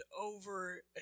over